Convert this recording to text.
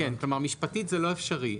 כלומר משפטית זה לא אפשרי,